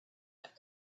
that